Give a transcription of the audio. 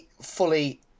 fully